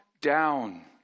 down